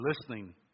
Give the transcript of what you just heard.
listening